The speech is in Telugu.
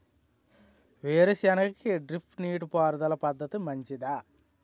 వేరుసెనగ కి డ్రిప్ నీటిపారుదల పద్ధతి మంచిదా?